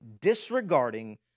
disregarding